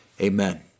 amen